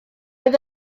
oedd